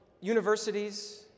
universities